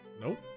Nope